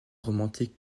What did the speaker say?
romantique